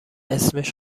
اسمش